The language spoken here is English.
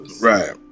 Right